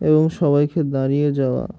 এবং সবাইকে দাঁড়িয়ে যাওয়া